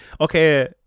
okay